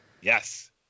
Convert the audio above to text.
Yes